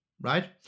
Right